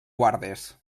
guardes